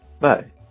Bye